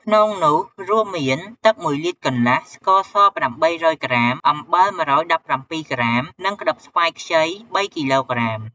ក្នុងនោះរួមមាន ទឹក ១លីត្រកន្លះ ស្ករស ៨០០ក្រាម អំបិល ១១៧ ក្រាម និងក្ដិបស្វាយខ្ចី ៣គីឡូក្រាម។